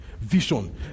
Vision